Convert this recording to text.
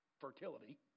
fertility